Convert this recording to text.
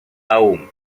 aún